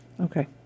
Okay